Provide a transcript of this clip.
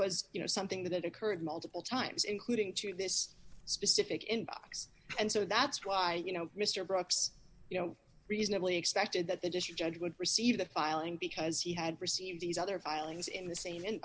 was you know something that occurred multiple times including to this specific inbox and so that's why you know mr brooks you know reasonably expected that the district judge would receive the filing because he had received these other filings in the same in